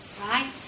right